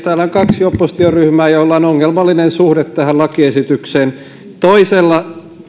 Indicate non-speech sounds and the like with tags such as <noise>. <unintelligible> täällä on kaksi opposi tioryhmää joilla on ongelmallinen suhde tähän lakiesitykseen toisella